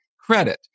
credit